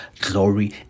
glory